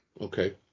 Okay